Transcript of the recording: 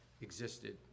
existed